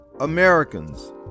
Americans